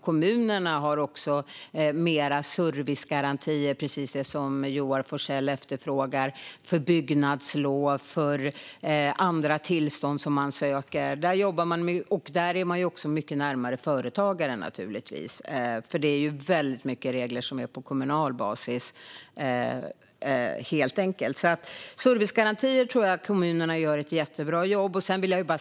De har också mer av servicegarantier - precis det som Joar Forssell efterfrågar - för byggnadslov och för andra tillstånd som företagare söker. I kommunerna är man naturligtvis också mycket närmare företagaren, och det är väldigt många regler som är på kommunal basis. Jag tror att kommunerna gör ett jättebra jobb med servicegarantier.